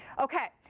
ok.